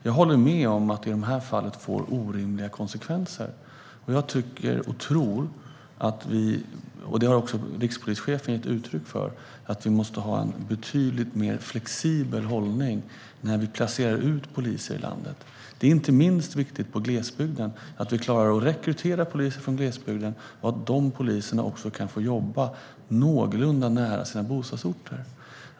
Jag håller med om att det i det här fallet får orimliga konsekvenser, och jag tycker och tror, vilket även rikspolischefen har gett uttryck för, att vi måste ha en betydligt mer flexibel hållning när vi placerar ut poliser i landet. Det är inte minst viktigt i glesbygden att vi klarar av att rekrytera poliser från glesbygden och att de poliserna också kan få jobba någorlunda nära sina bostadsorter.